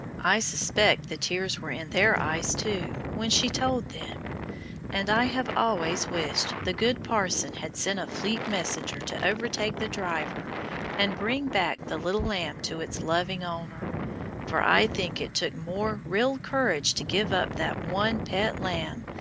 i suspect the tears were in their eyes, too, when she told them and i have always wished the good parson had sent a fleet messenger to overtake the driver and bring back the little lamb to its loving owner for i think it took more real courage to give up that one pet lamb,